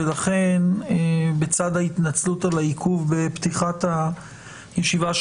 ולכן בצד ההתנצלות על העיכוב בפתיחת הישיבה,